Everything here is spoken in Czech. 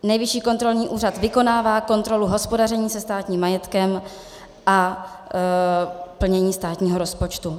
Nejvyšší kontrolní úřad vykonává kontrolu hospodaření se státním majetkem a plnění státního rozpočtu.